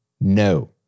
no